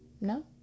No